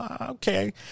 Okay